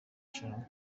sharama